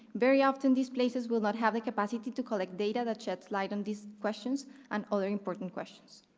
very often these places will not have the capacity to collect data that sheds light on these questions and other important questions.